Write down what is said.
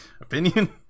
opinion